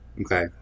Okay